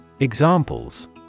Examples